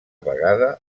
vegada